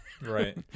Right